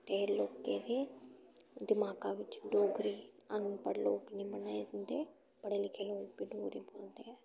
ते लोकें दे दिमागा बिच्च डोगरी अनपढ़ लोक निं बोलदे पढ़े लिखे लोग बी डोगरी बोलदे ऐ